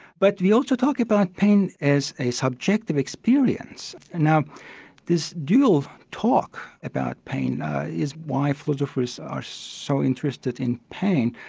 but we also talk about pain as a subjective experience. now this dual talk about pain is why philosophers are so interested in pain.